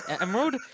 Emerald